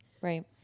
Right